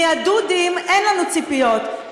מה"דודים" אין לנו ציפיות,